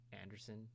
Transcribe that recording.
Anderson